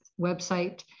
website